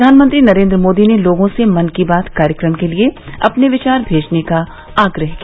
प्रधानमंत्री नरेन्द्र मोदी ने लोगों से मन की बात कार्यक्रम के लिए अपने विचार भेजने का आग्रह किया